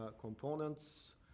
components